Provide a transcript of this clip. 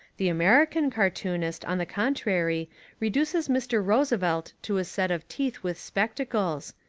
the american cartoonist on the contrary reduces mr. roosevelt to a set of teeth with spectacles,